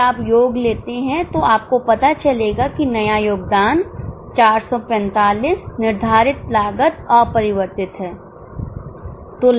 यदि आप योग लेते हैं तो आपको पता चलेगा कि नया योगदान 445 निर्धारित लागत अपरिवर्तित है